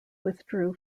withdrew